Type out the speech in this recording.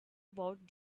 about